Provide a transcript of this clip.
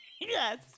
Yes